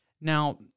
Now